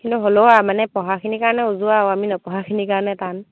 কিন্তু হ'লেও আৰু মানে পঢ়াখিনিৰ কাৰণে উজু আৰু আমি নপঢ়াখিনিৰ কাৰণে টান